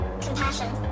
Compassion